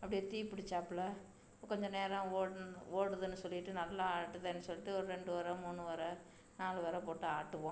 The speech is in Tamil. அப்படியே தீப்புடிச்சாப்புல கொஞ்ச நேரம் ஓடுன் ஓடுதுன்னு சொல்லிவிட்டு நல்லா ஆட்டுதேன்னு சொல்லிட்டு ஒரு ரெண்டு ஒர மூணு ஒர நாலு ஒர போட்டு ஆட்டுவோம்